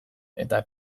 eta